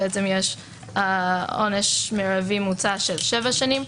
יש עונש מרבי מוצע של שבע שנים.